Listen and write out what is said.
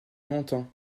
longtemps